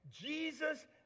Jesus